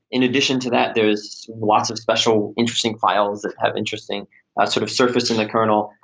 in addition to that, there's lots of special interesting files that have interesting sort of surface in the kernel.